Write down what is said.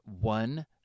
one